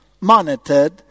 monitored